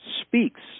speaks